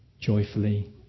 joyfully